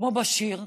כמו בשיר,